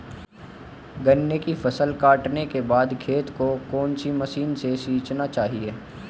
गन्ने की फसल काटने के बाद खेत को कौन सी मशीन से सींचना चाहिये?